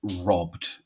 robbed